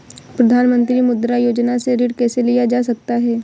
प्रधानमंत्री मुद्रा योजना से ऋण कैसे लिया जा सकता है?